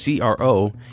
CRO